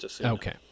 Okay